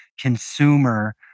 consumer